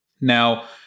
Now